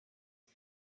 and